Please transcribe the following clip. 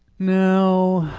now,